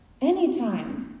Anytime